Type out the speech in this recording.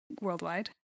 worldwide